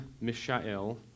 Mishael